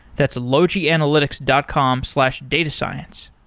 that's logianalytics dot com slash datascience.